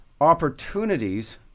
opportunities